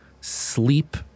sleep